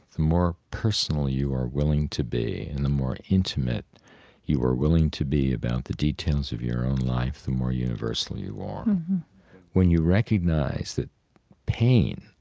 the more personal you are willing to be and the more intimate you are willing to be about the details of your own life, the more universal you are um when you recognize that pain